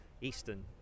Eastern